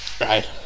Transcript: Right